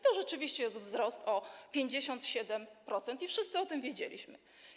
To rzeczywiście jest wzrost o 57%, wszyscy o tym wiedzieliśmy.